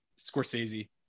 Scorsese